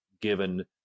given